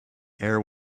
air